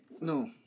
No